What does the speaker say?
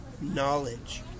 knowledge